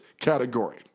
category